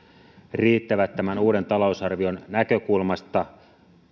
riittävät tämän uuden talousarvion näkökulmasta